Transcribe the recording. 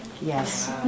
yes